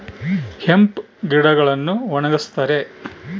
hemp ಗಿಡಗಳನ್ನು ಒಣಗಸ್ತರೆ